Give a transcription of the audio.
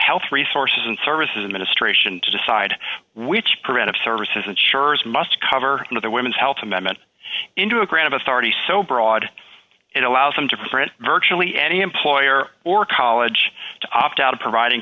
health resources and services administration to decide which preventive services insurers must cover in the women's health amendment into a grant of authority so broad it allows them to print virtually any employer or college to opt out of providing